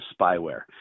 spyware